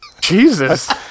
Jesus